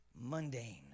Mundane